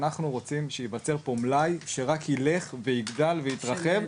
אנחנו רוצים שייווצר פה מלאי שרק ילך ויגדל ויתרחב,